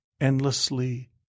endlessly